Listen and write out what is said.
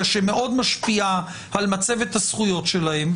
שמשפיעה מאוד על מצבת הזכויות שלהם,